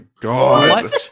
god